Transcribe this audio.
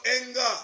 anger